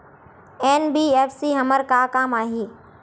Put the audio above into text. NBFC हमर का काम आही?